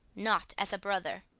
not as a brother.